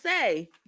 say